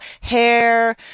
hair